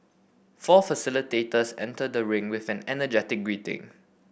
four facilitators enter the ring with an energetic greeting